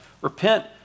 Repent